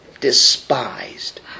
despised